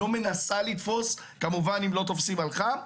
לא מנסה לתפוס, כמובן אם לא תופסים על חם.